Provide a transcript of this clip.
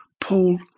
Paul